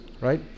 right